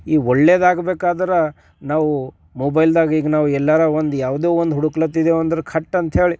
ಈ ಒಳ್ಳೇದಾಗಬೇಕಾದ್ರೆ ನಾವು ಮೊಬೈಲ್ದಾಗ ಈಗ ನಾವು ಎಲ್ಲಾರು ಒಂದು ಯಾವುದೋ ಒಂದು ಹುಡಕ್ಲತ್ತಿದೇವೆ ಅಂದ್ರೆ ಥಟ್ ಅಂತಹೇಳಿ